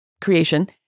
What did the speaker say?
creation